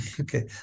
okay